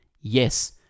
Yes